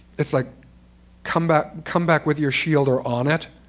it's like come back come back with your shield or on it.